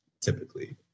typically